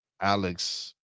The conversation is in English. Alex